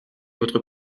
votre